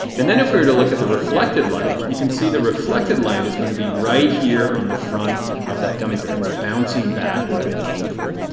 and then if we were to look at the reflected light, you can see the reflected light is going to be right here on the front of that gummy bear. it bouncing back where it came from.